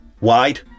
wide